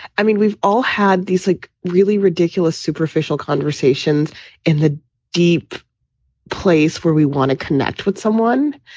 i mean, we've all had these like really ridiculous, superficial conversations in the deep place where we want to connect with someone.